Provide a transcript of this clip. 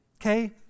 Okay